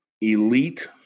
elite